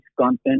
content